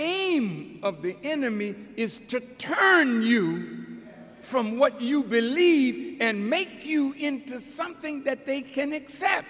aim of the enemy is to turn you from what you believe and make you into something that they can accept